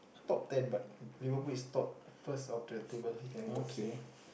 top ten but you know who is top first of the table you can go and see